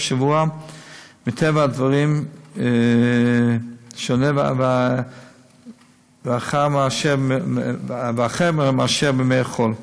שבוע מטבע הדברים שונה ואחר מאשר בימי חול.